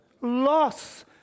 loss